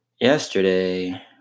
yesterday